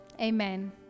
Amen